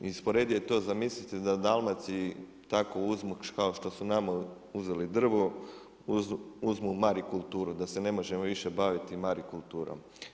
I usporedio je to zamislite da Dalmaciji tako uzmu kao što su nama uzeli drvo uzmu marikulturu, da se ne možemo više baviti marikulturom.